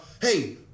hey